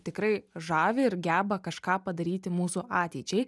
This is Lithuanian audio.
tikrai žavi ir geba kažką padaryti mūsų ateičiai